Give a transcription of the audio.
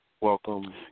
Welcome